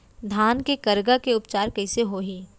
धान के करगा के उपचार कइसे होही?